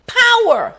power